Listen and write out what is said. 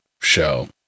show